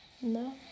no